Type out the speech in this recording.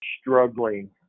struggling